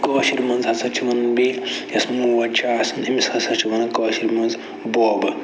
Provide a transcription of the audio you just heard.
کٲشِر مَنٛز ہَسا چھِ ونان بیٚیہِ یوٚس موج چھِ آسان أمِس ہَسا چھِ ونان کٲشِر مَنٛز بوبہٕ